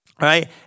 right